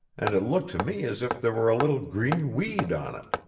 and it looked to me as if there were a little green weed on it.